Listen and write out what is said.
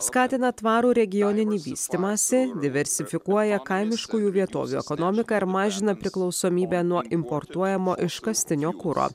skatina tvarų regioninį vystymąsi diversifikuoja kaimiškųjų vietovių ekonomiką ir mažina priklausomybę nuo importuojamo iškastinio kuro